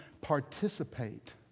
participate